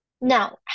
Now